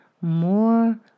more